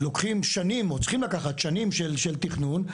צריכים לקחת שנים של תכנון.